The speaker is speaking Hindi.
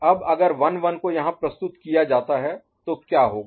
अब अगर 1 1 को यहां प्रस्तुत किया जाता है तो क्या होगा